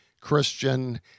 Christian